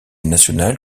nationale